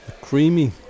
creamy